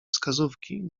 wskazówki